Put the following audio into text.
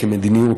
כמדיניות,